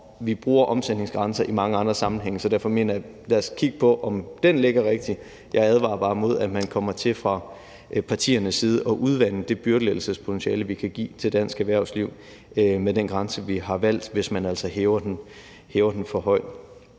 vi bruger omsætningsgrænser i mange andre sammenhænge, så derfor mener jeg, at vi skal kigge på, om den ligger rigtigt. Jeg advarer bare imod, at man fra partiernes side kommer til at udvande det byrdelettelsespotentiale, vi kan give til dansk erhvervsliv, med den grænse, vi har valgt, hvis man altså hæver den for højt.